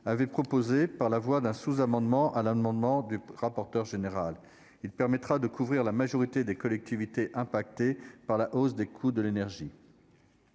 avait proposé par la voie d'un sous-amendement à l'amendement de M. le rapporteur général. Ce critère permettra de couvrir la majorité des collectivités territoriales frappées par la hausse des coûts de l'énergie.